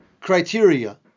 criteria